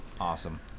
Awesome